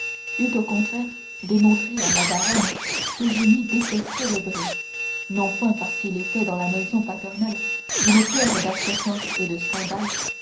eût au contraire démontré à la baronne qu'eugénie détestait debray non point parce qu'il était dans la maison paternelle une pierre d'achoppement et de scandale